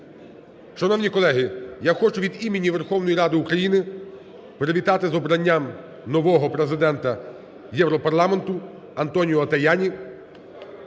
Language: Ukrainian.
Шановні колеги, я хочу від імені Верховної Ради України привітати з обранням нового президента Європарламенту Антоніо Таяні.